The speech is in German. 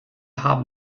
haben